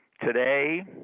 today